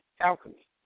alchemy